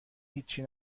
هیچی